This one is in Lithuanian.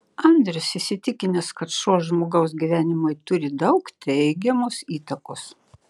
andrius įsitikinęs kad šuo žmogaus gyvenimui turi daug teigiamos įtakos